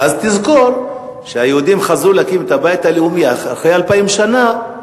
אז תזכור: כשהיהודים חזרו להקים את הבית הלאומי אחרי אלפיים שנה,